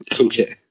Okay